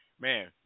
man